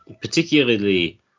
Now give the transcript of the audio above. particularly